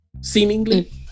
seemingly